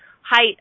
height